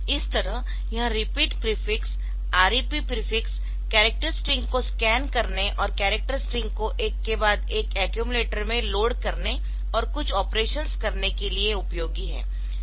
इस तरह यह repeat prefix REP prefix character string को स्कैन करने और करैक्टर स्ट्रिंग को एक के बाद एक अक्यूमलेटर में लोड करने और कुछ ऑपरेशन्स करने के लिए उपयोगी है